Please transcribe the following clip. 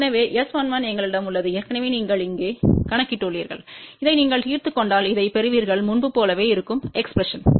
எனவே S11எங்களிடம் உள்ளது ஏற்கனவே நீங்கள் இங்கே கணக்கிட்டுள்ளீர்கள் இதை நீங்கள் தீர்த்துக் கொண்டால் இதைப் பெறுவீர்கள் முன்பு போலவே இருக்கும் எக்ஸ்பிரஸன்